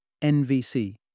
NVC